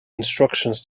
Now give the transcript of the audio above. instructions